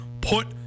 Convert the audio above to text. put